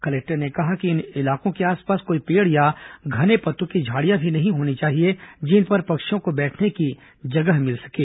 collector ने कहा कि इन इलाकों के आसपास कोई पेड़ या घने पत्तों की झाड़ियां भी नहीं होनी चाहिए जिन पर पक्षियों को बैठने की जगह मिल सकें